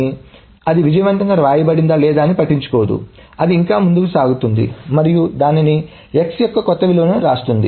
కాబట్టి అది విజయవంతంగా వ్రాయబడిందా లేదా అన్నది పట్టించుకోదు అది ఇంకా ముందుకు సాగుతుంది మరియు దానికి x యొక్క కొత్త విలువను వ్రాస్తుంది